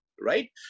Right